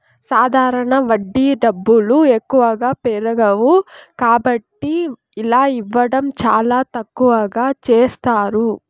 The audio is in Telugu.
సాధారణ వడ్డీ డబ్బులు ఎక్కువగా పెరగవు కాబట్టి ఇలా ఇవ్వడం చాలా తక్కువగా చేస్తారు